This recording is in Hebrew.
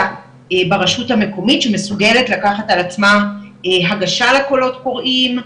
ברשות המקומית שמסוגלת לקחת על עצמה הגשה לקולות קוראים,